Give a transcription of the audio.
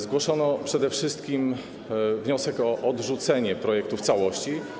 Zgłoszono przede wszystkim wniosek o odrzucenie projektu w całości.